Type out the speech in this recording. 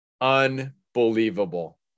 Unbelievable